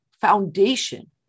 foundation